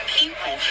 people